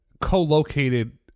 co-located